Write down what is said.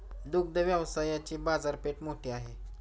दुग्ध व्यवसायाची बाजारपेठ मोठी आहे